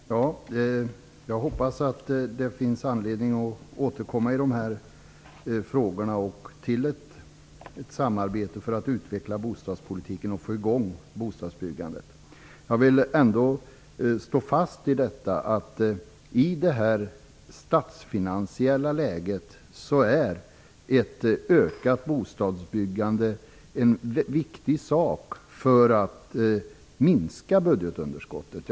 Fru talman! Jag hoppas att det finns anledning att återkomma i dessa frågor och inleda ett samarbete för att utveckla bostadspolitiken och få i gång bostadsbyggandet. Jag vill ändock åter slå fast att i detta statsfinansiella läge är ett ökat bostadsbyggande viktigt för att minska budgetunderskottet.